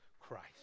Christ